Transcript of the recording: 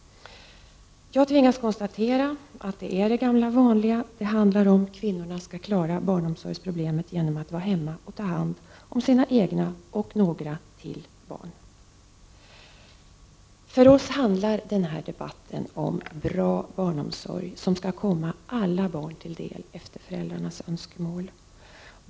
Jag tvingas konstatera att det är det gamla vanliga det handlar om: kvinnorna skall klara barnomsorgsproblemen genom att vara hemma och ta hand om sina egna barn och ytterligare några barn. För oss handlar den här debatten om bra barnomsorg, som skall komma alla barn till del efter föräldrarnas önskemål.